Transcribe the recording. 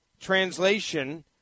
translation